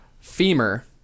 femur